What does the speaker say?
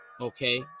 okay